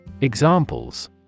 Examples